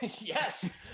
Yes